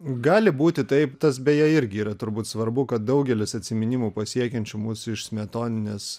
gali būti taip tas beje irgi yra turbūt svarbu kad daugelis atsiminimų pasiekiančių mus iš smetoninės